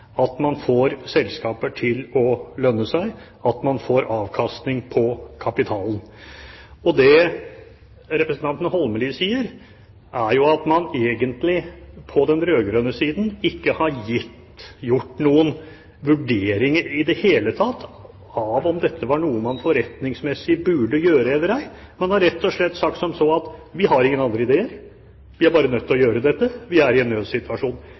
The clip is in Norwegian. at man får selskaper til å lønne seg, at man får avkastning på kapitalen. Det representanten Holmelid sier, er at man egentlig på den rød-grønne siden ikke i det hele tatt har gjort noen vurderinger av om dette var noe man forretningsmessig burde gjøre eller ei. Man har rett og slett sagt som så at vi har ingen andre ideer, vi er bare nødt til å gjøre dette, vi er i en